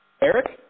Eric